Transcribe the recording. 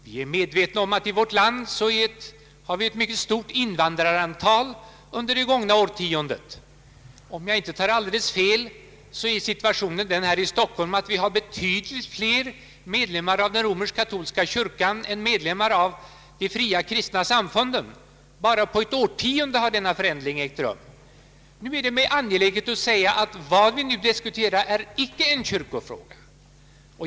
Vi har i vårt land ett mycket stort antal invandrare, och om jag inte tar alldeles fel är situationen den här i Stockholm att det finns betydligt fler medlemmar i den romersk-katolska kyrkan än det finns medlemmar i de fria kristna samfunden. Bara på ett årtionde har det skett en stor förändring. Nu är det mig angeläget att säga att vad vi nu diskuterar är icke en kyrkofråga.